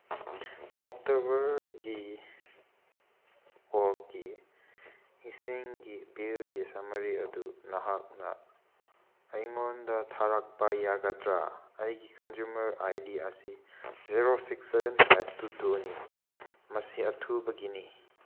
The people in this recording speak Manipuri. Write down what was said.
ꯑꯣꯛꯇꯣꯕꯔꯒꯤ ꯑꯣꯔꯀꯤ ꯏꯁꯤꯡꯒꯤ ꯕꯤꯜꯒꯤ ꯁꯃꯔꯤ ꯑꯗꯨ ꯅꯍꯥꯛꯅ ꯑꯩꯉꯣꯟꯗ ꯊꯥꯔꯛꯄ ꯌꯥꯒꯗ꯭ꯔꯥ ꯑꯩꯒꯤ ꯀꯟꯖꯨꯃꯔ ꯑꯥꯏ ꯗꯤ ꯑꯁꯤ zero six seven five two ꯇꯨꯅꯤ ꯃꯁꯤ ꯑꯊꯨꯕꯒꯤꯅꯤ